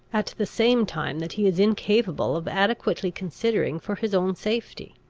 at the same time that he is incapable of adequately considering for his own safety.